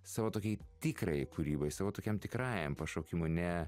savo tokiai tikrai kūrybai savo tokiam tikrajam pašaukimui ne